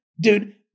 Dude